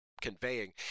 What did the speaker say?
conveying